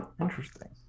Interesting